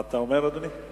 מה אתה אומר, אדוני?